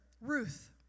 Ruth